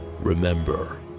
remember